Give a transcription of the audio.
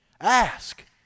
Ask